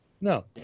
No